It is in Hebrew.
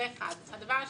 הדבר השני,